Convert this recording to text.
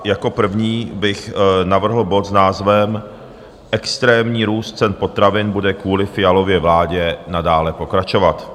Jako první bych navrhl bod s názvem Extrémní růst cen potravin bude kvůli Fialově vládě nadále pokračovat.